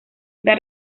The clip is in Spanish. está